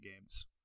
games